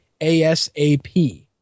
ASAP